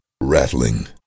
rattling